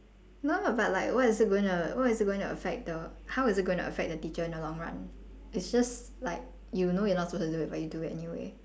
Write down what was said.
no lah but like what is it gonna what is it gonna affect the how is it gonna affect the teacher in the long run it's just like you know you're not supposed to do it but you do it anyway